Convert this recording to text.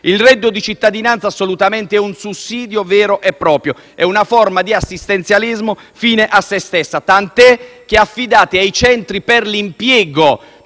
Il reddito cittadinanza è un sussidio vero e proprio, è una forma di assistenzialismo fine a sé stessa, tanto che affidate ai centri per l'impiego